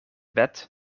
wet